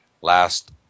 last